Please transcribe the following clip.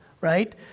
right